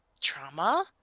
trauma